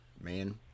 Man